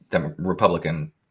Republican